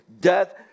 death